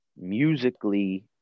Musically